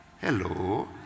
Hello